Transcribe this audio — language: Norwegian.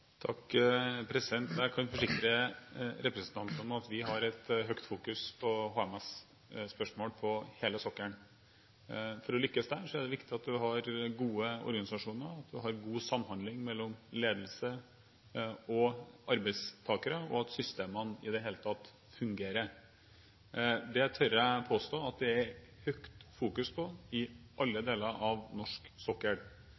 Jeg kan forsikre representanten om at vi fokuserer sterkt på HMS-spørsmål på hele sokkelen. For å lykkes der er det viktig at man har gode organisasjoner, at man har god samhandling mellom ledelse og arbeidstakere, og at systemene i det hele tatt fungerer. Det tør jeg påstå at det legges stor vekt på i alle deler av norsk sokkel.